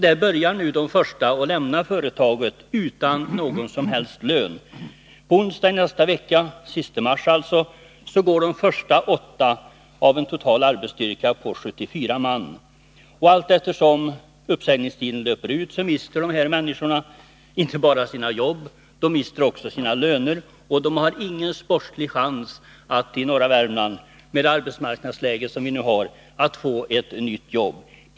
Där börjar nu de första att lämna företaget, utan att ha fått någon som helst lön. På onsdag i nästa vecka, dvs. den sista mars, går de första åtta av en total arbetsstyrka på 74 man. Allteftersom uppsägningstiden löper ut mister dessa människor inte bara sina jobb utan också sina löner, och de har ingen sportslig chans att i norra Värmland, med det arbetsmarknadsläge vi nu har där, få nya jobb.